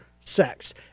sex